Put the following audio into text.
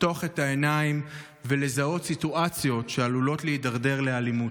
לפתוח את העיניים ולזהות סיטואציות שעלולות להידרדר לאלימות,